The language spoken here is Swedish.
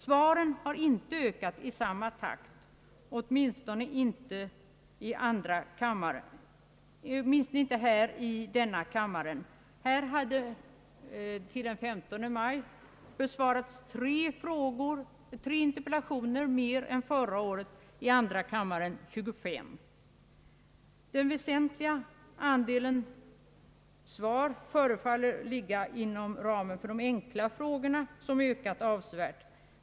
Svaren har inte ökat i samma takt, åtminstone inte i denna kamma re. Här hade till den 15 maj besvarats tre interpellationer mer än förra året, i andra kammaren 25 mera. Den väsentliga andelen svar faller därför inom ramen för de enkla frågorna, som också ökat avsevärt.